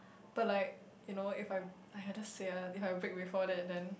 but like you know if I !aiya! just say ah if I break before that then